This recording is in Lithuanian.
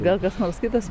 gal kas nors kitas